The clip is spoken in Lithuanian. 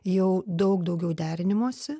jau daug daugiau derinimosi